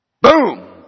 Boom